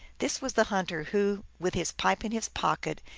this was the hunter, who, with his pipe in his pocket,